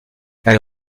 elle